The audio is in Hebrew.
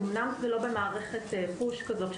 אומנם לא במערכת push כזאת,